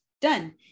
Done